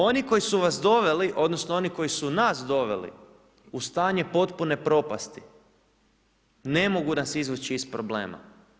Oni koji su vas doveli, odnosno oni koji su nas doveli u stanje potpune propasti ne mogu nas izvući iz problema.